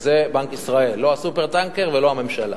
זה בנק ישראל, לא ה"סופר-טנקר" ולא הממשלה.